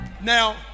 now